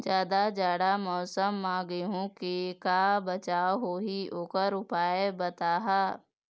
जादा जाड़ा मौसम म गेहूं के का बचाव होही ओकर उपाय बताहा?